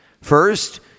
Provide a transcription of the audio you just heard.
First